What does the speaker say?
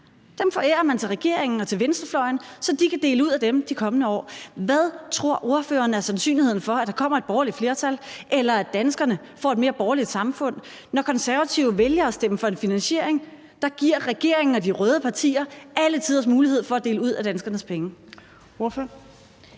dem forærer man til regeringen og venstrefløjen, så de kan dele ud af dem i de kommende år. Hvad tror ordføreren er sandsynligheden for, at der kommer et borgerligt flertal, eller at danskerne får et mere borgerligt samfund, når Konservative vælger at stemme for en finansiering, der giver regeringen og de røde partier alle tiders mulighed for at dele ud af danskernes penge?